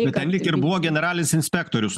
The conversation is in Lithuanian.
bet ten lyg ir buvo generalinis inspektorius